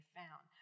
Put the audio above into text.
found